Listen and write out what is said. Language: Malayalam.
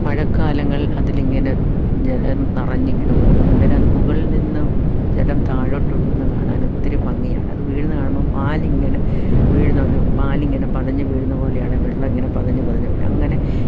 മഴക്കാലങ്ങൾ അതിലിങ്ങനെ ജലം നിറഞ്ഞിങ്ങനെ ഒഴുകുന്നു അന്നേരം അതിങ്ങനെ മുകളിൽ നിന്ന് ജലം താഴോട്ട് ഒഴുകുന്ന കാണാൻ ഒത്തിരി ഭംഗിയാണ് അത് വീഴുന്ന കാണുമ്പോൾ പാലിങ്ങനെ വീഴുന്നപോലെ പാലിങ്ങനെ പതഞ്ഞു വീഴുന്നത് പോലെയാണ് വെള്ളം ഇങ്ങനെ പതഞ്ഞു പതഞ്ഞു വരുന്നത് അങ്ങനെ